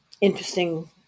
interesting